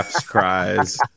cries